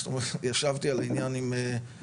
זאת אומרת ישבתי על העניין עם מורגנשטרן